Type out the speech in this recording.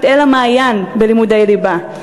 "מעיין החינוך התורני" בלימודי ליבה,